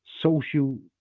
social